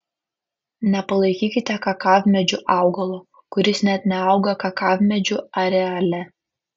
nepalaikykite kakavmedžiu augalo kuris net neauga kakavmedžių areale